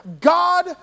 God